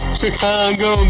Chicago